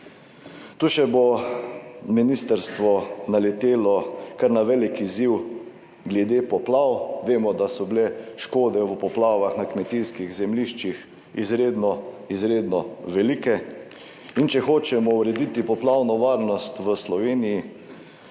Tu še bo ministrstvo naletelo kar na velik izziv glede poplav. Vemo, da so bile škode v poplavah na kmetijskih zemljiščih izredno, izredno velike in če hočemo urediti poplavno varnost v Sloveniji,